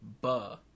Buh